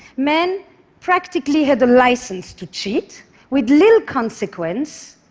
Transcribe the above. men practically had a license to cheat with little consequence,